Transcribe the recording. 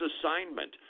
assignment